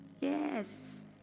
Yes